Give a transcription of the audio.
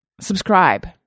subscribe